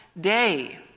day